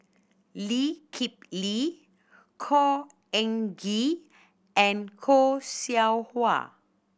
Lee Kip Lee Khor Ean Ghee and Khoo Seow Hwa